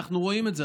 אנחנו רואים את זה.